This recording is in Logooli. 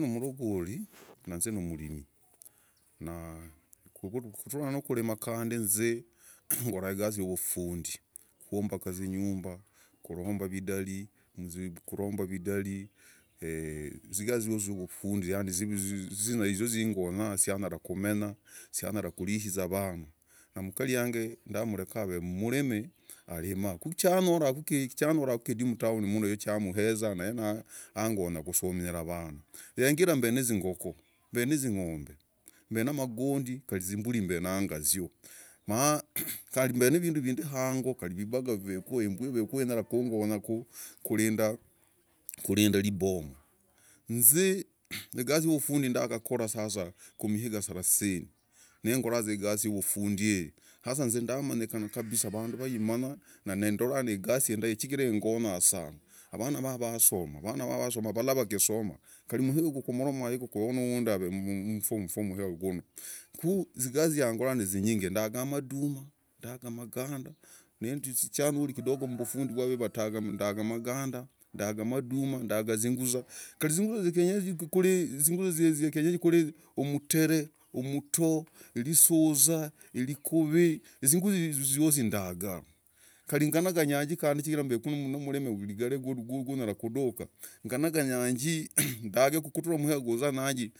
Nzi ni mulogoli na nzi ni mirimi. Na kutura hanu rimi nzi kore igasi you vufundi. Kuumbaka inyumba. kuromba vidari. Igasi yosi igonya sianyara kumenya. siaranya kurihiza vana. Na mukari wange nda mreka mmurimi arima. Kunyora mmutown humu ni cha muheza na angonya kusominyira vana. Yengo ira mbe nizing'ombe. zingoko. magondi kari zingoko mbe nazio. Kari mbe ni vindu vindi yengo. Vibaka viveku. imbwa iveku unyara kungonya kurindariboma. Nzi igasi yuvufundi agora kumiiga sarasini. Sasa nzi ndamanyikan kabisa. Sasa nzi ndora igasi iyi ni ndai. Ingonya sana. Vana vange vasoma. Valla wakisoma. Kari rwaku moroma mu ndi kuve nu wundi ave form4 muhiga gunu. Ku zigasi ziangora ni zinyingi. Ndaga maduma. ndaga maganda. ndaga zinguza zi kienyeji kuri mutere. mutoo. rikuvi. zinguza izi ziosi ndagaa. Kari nganaganii mbe nu murimi gunyara kuduka